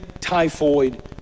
typhoid